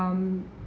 um